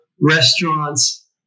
restaurants